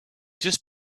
just